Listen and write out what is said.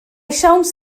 siawns